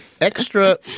extra